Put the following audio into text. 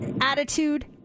attitude